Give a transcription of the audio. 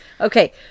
Okay